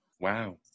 Wow